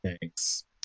Thanks